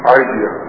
idea